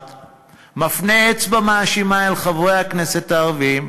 מפנה אצבע מאשימה אל חברי הכנסת הערבים,